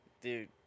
Dude